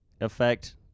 effect